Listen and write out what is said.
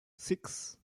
six